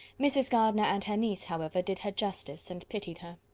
mrs. gardiner and her niece, however, did her justice, and pitied her.